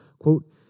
quote